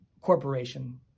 corporation